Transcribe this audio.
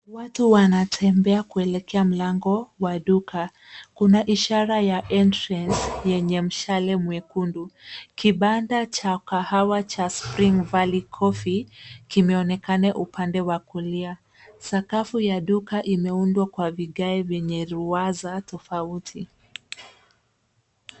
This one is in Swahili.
Watu wanatembea kuelekea mlango wa duka. Kuna ishara ya ENTRANCE yenye mshale mwekundu. Kibanda cha kahawa cha Spring Valley Coffee kimeonekana upande wa kulia. Sakafu ya duka imeundwa kwa vigae vyenye ruwaza tofauti.